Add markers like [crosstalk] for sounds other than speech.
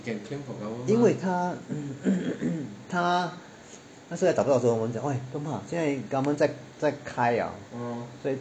因为他 [noise] 他那那是找不到的时候我们讲说不用怕现在 government 在开 liao